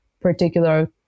particular